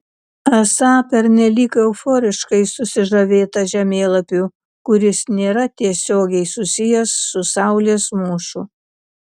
esą pernelyg euforiškai susižavėta žemėlapiu kuris nėra tiesiogiai susijęs su saulės mūšiu